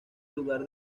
lugar